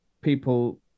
people